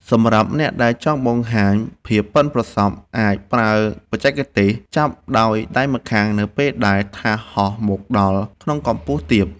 សម្រាប់អ្នកដែលចង់បង្ហាញភាពប៉ិនប្រសប់អាចប្រើបច្ចេកទេសចាប់ដោយដៃម្ខាងនៅពេលដែលថាសហោះមកដល់ក្នុងកម្ពស់ទាប។